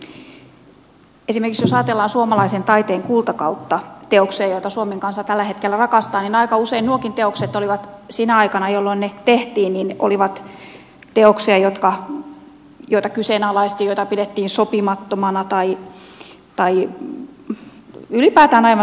esimerkiksi jos ajatellaan suomalaisen taiteen kultakautta teoksia joita suomen kansa tällä hetkellä rakastaa niin aika usein nuokin teokset olivat sinä aikana jolloin ne tehtiin teoksia joita kyseenalaistettiin joita pidettiin ylipäätään aivan sopimattomina